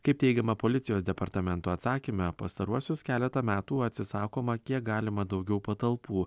kaip teigiama policijos departamento atsakyme pastaruosius keletą metų atsisakoma kiek galima daugiau patalpų